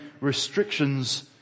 restrictions